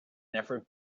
never